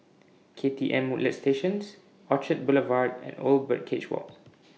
K T M Woodlands Station Orchard Boulevard and Old Birdcage Walk